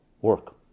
work